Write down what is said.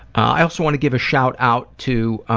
i also want to give a shout out to